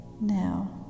Now